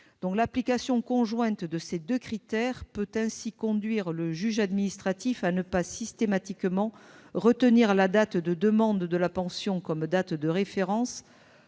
L'application conjointe de ces deux critères peut ainsi conduire le juge administratif à ne pas systématiquement retenir la date de demande de la pension comme date de référence